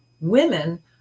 women